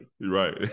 Right